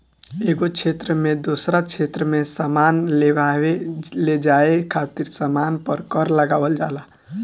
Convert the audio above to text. एगो क्षेत्र से दोसरा क्षेत्र में सामान लेआवे लेजाये खातिर सामान पर कर लगावल जाला